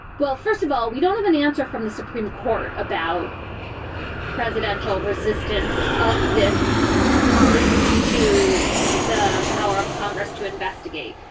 well, first of all, we don't have an answer from the supreme court about presidential resistance of this kind to the power of congress to investigate.